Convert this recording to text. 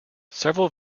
several